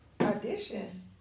audition